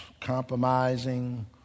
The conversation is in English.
compromising